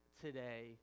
today